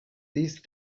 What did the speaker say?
these